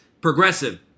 Progressive